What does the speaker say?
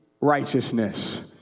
righteousness